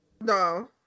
no